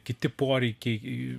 kiti poreikiai